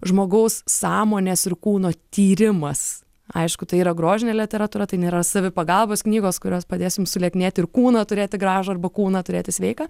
žmogaus sąmonės ir kūno tyrimas aišku tai yra grožinė literatūra tai nėra savipagalbos knygos kurios padės jums sulieknėt ir kūną turėti gražų arba kūną turėti sveiką